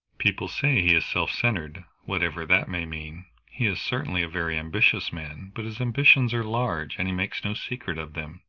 people say he is self-centred, whatever that may mean. he is certainly a very ambitious man, but his ambitions are large, and he makes no secret of them.